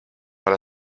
alla